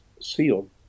sealed